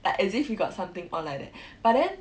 like as if he got something on like that but then